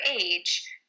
age